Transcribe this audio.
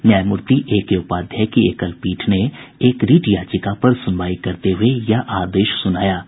न्यायमूर्ति A K Upadhyay की एकलपीठ ने एक रिट याचिका पर सुनवाई करते हुए यह आदेश सुनाया है